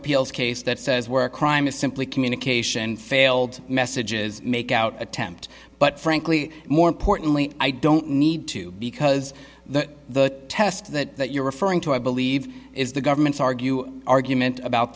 appeals case that says where a crime is simply communication failed messages make out attempt but frankly more importantly i don't need to because the test that you're referring to i believe is the government's argue argument about